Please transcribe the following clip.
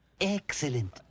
Excellent